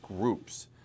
groups